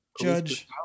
Judge